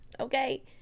Okay